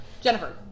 Jennifer